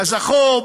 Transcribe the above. כזכור,